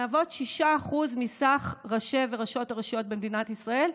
שהן 6% מכלל ראשי וראשות הרשויות במדינת ישראל.